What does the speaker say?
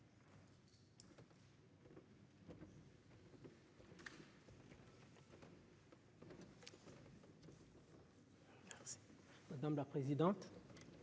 Madame la présidente.